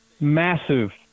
Massive